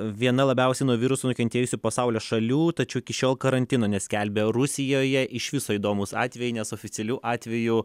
viena labiausiai nuo viruso nukentėjusių pasaulio šalių tačiau iki šiol karantino neskelbia rusijoje iš viso įdomūs atvejai nes oficialių atvejų